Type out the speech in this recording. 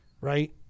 Right